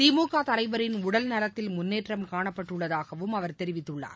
திமுக தலைவரின் உடல் நலத்தில் முன்னேற்றம் காணப்பட்டுள்ளதாகவும் அவர் தெரிவித்துள்ளார்